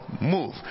Move